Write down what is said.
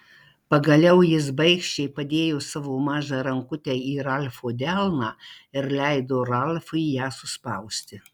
pagaliau jis baikščiai padėjo savo mažą rankutę į ralfo delną ir leido ralfui ją suspausti